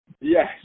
Yes